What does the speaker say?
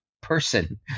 person